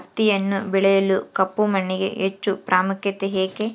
ಹತ್ತಿಯನ್ನು ಬೆಳೆಯಲು ಕಪ್ಪು ಮಣ್ಣಿಗೆ ಹೆಚ್ಚು ಪ್ರಾಮುಖ್ಯತೆ ಏಕೆ?